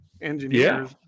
engineers